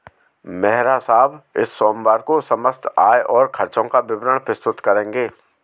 मेहरा साहब इस सोमवार को समस्त आय और खर्चों का विवरण प्रस्तुत करेंगे